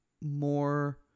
more